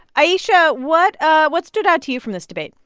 ayesha, what ah what stood out to you from this debate?